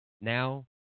Now